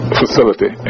facility